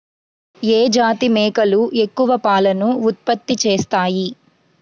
ఏ జాతి మేకలు ఎక్కువ పాలను ఉత్పత్తి చేస్తాయి?